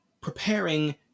preparing